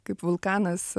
kaip vulkanas